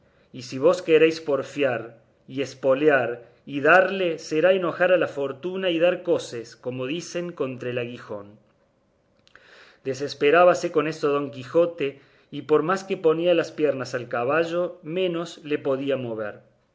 y si vos queréis porfiar y espolear y dalle será enojar a la fortuna y dar coces como dicen contra el aguijón desesperábase con esto don quijote y por más que ponía las piernas al caballo menos le podía mover